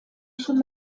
schon